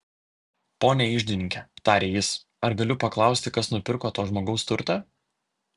pone iždininke tarė jis ar galiu paklausti kas nupirko to žmogaus turtą